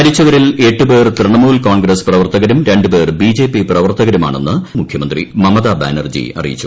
മരിച്ചവരിൽ എട്ട് പേർ തൃണമൂൽ കോൺഗ്രസ്സ് പ്രവർത്തകരും രണ്ടു പേർ ബിജെപി പ്രവർത്തകരുമാണെന്ന് മുഖ്യമന്ത്രി മമത ബാനർജി അറിയിച്ചു